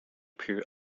pure